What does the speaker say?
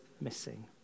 missing